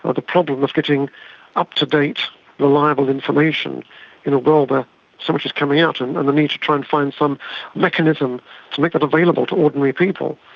ah the problem of getting up-to-date reliable information in a world where so much is coming out, and and the need to try and find some mechanism to make that available to ordinary people.